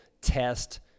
test